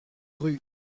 rue